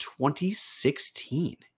2016